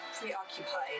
preoccupied